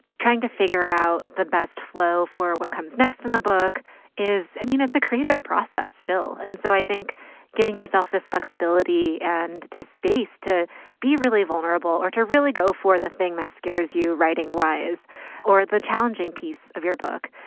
trying to figure out the best flow for what comes next in the book is i mean, it's a creative process, still. and so i think giving herself this flexibility and the space to be really vulnerable or to really go for the thing that scares you writing-wise or the challenging piece of your book,